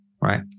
right